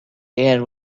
air